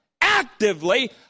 actively